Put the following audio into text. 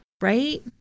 Right